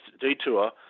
detour